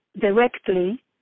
directly